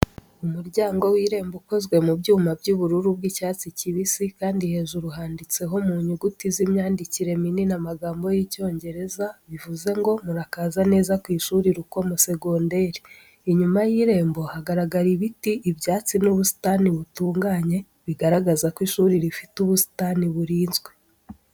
Umuryango w’irembo ukozwe mu byuma by’ubururu bw’icyatsi kibisi, kandi hejuru handitseho mu nyuguti z’imyandikire minini amagambo y’Icyongereza, bivuze ngo: "Murakaza neza ku ishuri Rukomo segonderi." Inyuma y’irembo hagaragara ibiti, ibyatsi n’ubusitani butunganye, bigaragaza ko ishuri rifite ubusitani burinzwe.